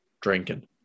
drinking